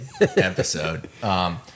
episode